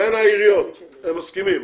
בין העיריות הם מסכימים.